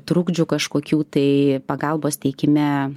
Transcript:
trukdžių kažkokių tai pagalbos teikime